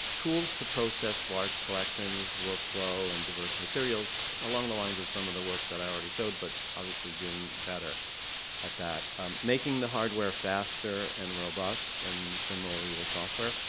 tools to process large collections, workflow, and diverse materials along the lines of some of the work that i already showed, but obviously doing better at that making the hardware faster and robust and similarly the software.